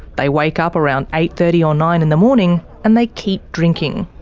they wake up around eight thirty or nine in the morning and they keep drinking.